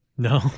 No